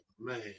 man